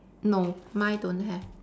no mine don't have